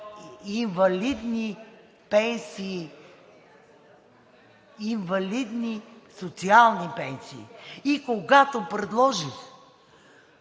инвалидни пенсии, инвалидни социални пенсии. И когато предложих